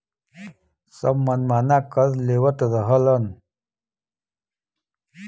सब मनमाना कर लेवत रहलन